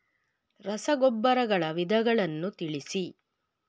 ರಸಗೊಬ್ಬರಗಳ ವಿಧಗಳನ್ನು ತಿಳಿಸಿ?